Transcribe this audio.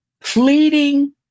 Fleeting